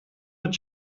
mit